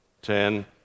Ten